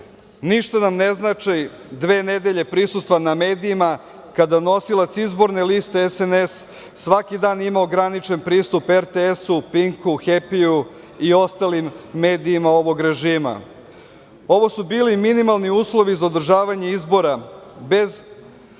glasa. Ništa nam ne znači dve nedelje prisustva na medijima, kada nosilac izborne liste SNS svaki dan ima ograničen pristup RTS-u, „Pinku“, „Hepiju“ i ostalim medijima ovog režima. Ovo su bili minimalni uslovi za održavanje izbora, bez